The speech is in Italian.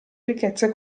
ricchezze